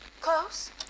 close